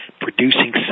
producing